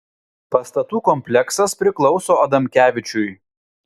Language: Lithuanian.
pastatų kompleksas priklauso adamkevičiui